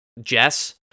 jess